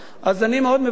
אז אני מאוד מבקש,